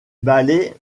ballet